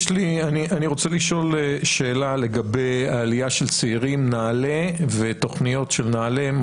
אני רוצה לשאול שאלה לגבי עלייה של צעירים נעל"ה ותוכניות של נעל"ה,